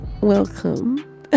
welcome